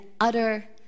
utter